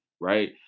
right